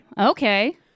Okay